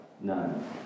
None